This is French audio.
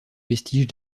vestiges